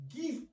give